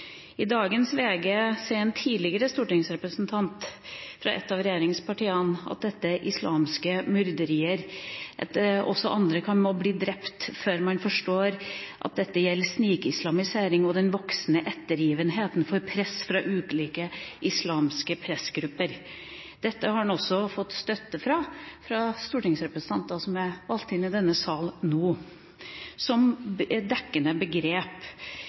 I dagens VG sier en tidligere stortingsrepresentant fra et av regjeringspartiene at dette er islamske myrderier, og at også andre må bli drept før man forstår at dette «gjelder snikislamiseringen og den voksende ettergivenhet for press fra ulike islamske pressgrupper». Dette har han også fått støtte for at er dekkende begrep, fra stortingsrepresentanter som er valgt inn i denne sal nå. Syns utenriksministeren at begrep